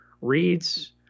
reads